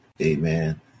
Amen